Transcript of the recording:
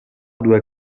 due